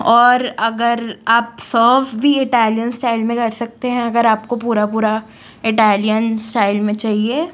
और अगर आप सौंफ भी इटालियन स्टाइल में कर सकते हैं अगर आपको पूरा पूरा इटालियन स्टाइल में चाहिए